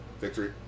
Victory